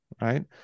right